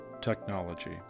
technology